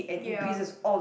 ya